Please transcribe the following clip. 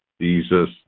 Jesus